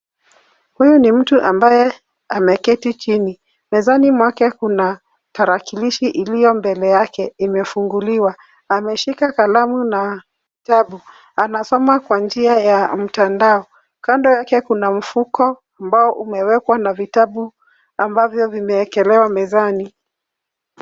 Huyu ni mtu ambaye ameketi chini. Mezani mwake kuna tarakilishi iliyo mbele yake imefunguliwa. Ameshika kalamu na kitabu. Anasoma kwa njia ya mtandao. Kando yake kuna mfuko ambao umewekwa na vitabu ambavyo vimewekelewa mezani.